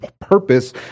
purpose